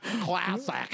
classic